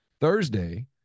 Thursday